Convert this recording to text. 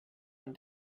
and